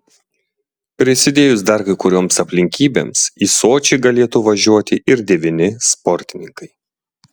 prisidėjus dar kai kurioms aplinkybėms į sočį galėtų važiuoti ir devyni sportininkai